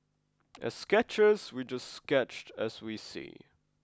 as sketchers we just sketch as we see